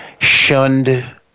shunned